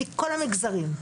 מכל המגזרים.